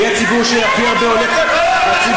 מי הציבור שהכי הולך, כמה בנות עושות צבא?